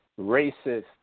racist